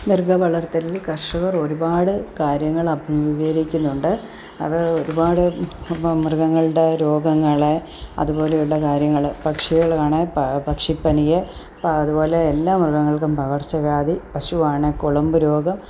മൃഗ വളർത്തലിൽ കർഷകർ ഒരുപാട് കാര്യങ്ങൾ അഭിമുഖരിക്കുന്നുണ്ട് അത് ഒരുപാട് ഇപ്പം മൃഗങ്ങളുടെ രോഗങ്ങളെ അതുപോലെയുള്ള കാര്യങ്ങൾ പക്ഷികളെയാണേ പ പക്ഷിപനിയെ അതുപോലെ എല്ലാ മൃഗങ്ങൾക്കും പകർച്ചവ്യാധി പശുവാണേ കുളമ്പ് രോഗം